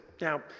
Now